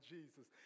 Jesus